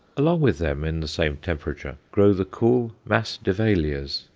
along with them, in the same temperature, grow the cool masdevallias,